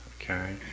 okay